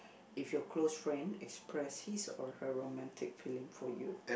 if your close friend expressed his or her romantic feeling for you